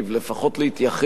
לפחות להתייחס,